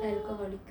alcoholic